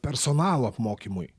personalo apmokymui